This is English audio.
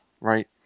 right